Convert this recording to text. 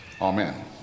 Amen